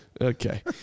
okay